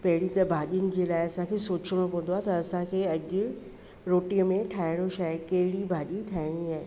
पहिरीं त भाॼियुनि जे लाइ असांखे सोचणो पवंदो आहे त असांखे रोटीअ में ठाहिणो छाहे कहिड़ी भाॼी ठाहिणी आहे